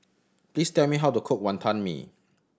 please tell me how to cook Wonton Mee